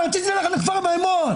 רציתי ללכת לכפר מימון.